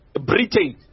Britain